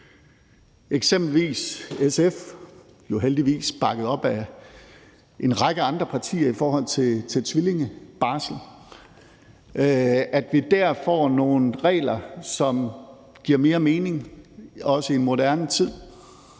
Eksempelvis er der jo SF, heldigvis bakket op af en række andre partier, i forhold til tvilllingebarsel, og der får vi nogle regler, som giver mere mening, også i en moderne tid.